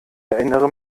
erinnere